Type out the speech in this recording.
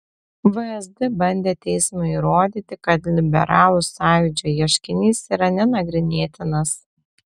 vsd bandė teismui įrodyti kad liberalų sąjūdžio ieškinys yra nenagrinėtinas